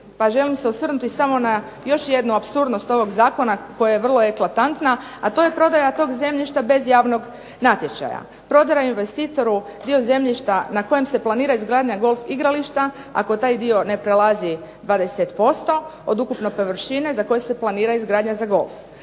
želim se osvrnuti samo na još jednu apsurdnost ovog zakona koja je vrlo eklatantna, a to je prodaja tog zemljišta bez javnog natječaja, prodaja investitoru dio zemljišta na kojem se planira izgradnja golf igrališta ako taj dio ne prelazi 20% od ukupne površine za koju se planira izgradnja za golf.